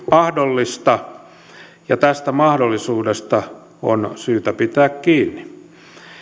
mahdollista ja tästä mahdollisuudesta on syytä pitää kiinni